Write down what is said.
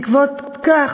בעקבות כך,